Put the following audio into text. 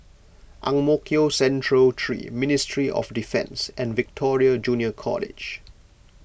Ang Mo Kio Central three Ministry of Defence and Victoria Junior College